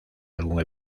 algún